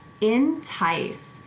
Entice